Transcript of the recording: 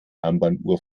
armbanduhr